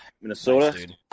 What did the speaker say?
Minnesota